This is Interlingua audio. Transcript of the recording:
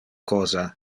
cosa